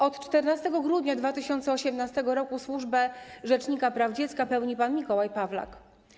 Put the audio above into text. Od 14 grudnia 2018 r. służbę rzecznika praw dziecka pełni pan Mikołaj Pawlak.